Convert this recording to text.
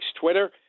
twitter